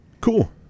Cool